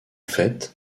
fait